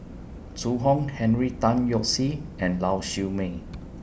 Zhu Hong Henry Tan Yoke See and Lau Siew Mei